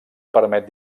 permet